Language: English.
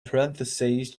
parentheses